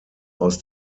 aus